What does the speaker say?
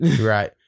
right